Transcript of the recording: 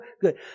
good